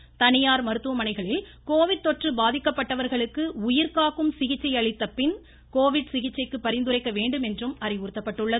Covid தனியார் தொற்று பாதிக்கப்பட்டவர்களுக்கு உயிர்காக்கும் சிகிச்சை அளித்த பின் கோவிட் சிகிச்சைக்கு பரிந்துரைக்க வேண்டும் என்றும் அறிவுறுத்தப்பட்டுள்ளது